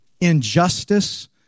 Injustice